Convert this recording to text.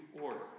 order